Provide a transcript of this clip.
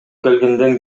келгенден